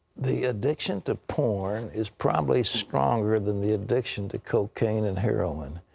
the addiction to porn is probably stronger than the addiction to cocaine and heroin.